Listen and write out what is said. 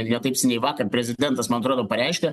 netaip seniai vakar prezidentas man atrodo pareiškė